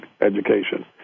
education